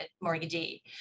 mortgagee